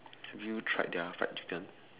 have you tried their fried chicken